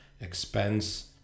expense